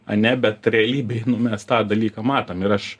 ane bet realybėj mes tą dalyką matom ir aš